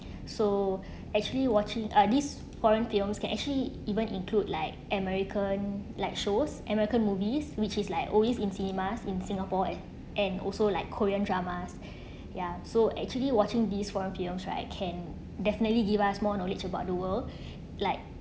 so actually watching uh this foreign films can actually even include like american like shows american movies which is like always in cinemas in singapore and and also like korean dramas ya so actually watching these foreign feels right it can definitely give us more knowledge about the world like